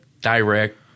direct